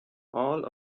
all